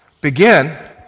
begin